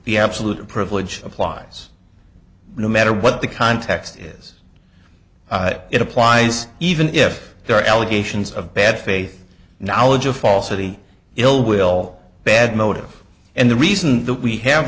the absolute privilege applies no matter what the context is it applies even if there are allegations of bad faith knowledge of falsity ill will bad motives and the reason that we have